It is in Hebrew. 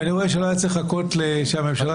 ואני רואה שלא היה צריך לחכות שהממשלה תקום.